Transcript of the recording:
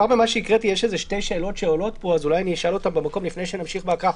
יש שתי שאלות שעולות כאן ואולי אני אשאל אותן לפני שנמשיך בהקראה.